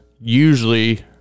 usually